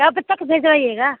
कब तक भिजवाइएगा